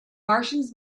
martians